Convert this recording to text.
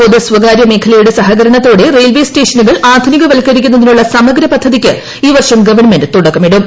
പൊതുസ്വകാര്യ മേഖലയുടെ സഹകരണത്തോടെ റെയിൽവേ സ്റ്റേഷനുകൾ ആധുനിക വൽക്കരിക്കുന്നതിനുള്ള സമഗ്ര പദ്ധതിക്ക് ഈ വർഷം ഗവൺമെന്റ് തുടക്കമിടും